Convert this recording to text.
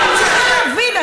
אני לא מצליחה להבין.